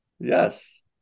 Yes